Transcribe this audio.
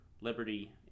liberty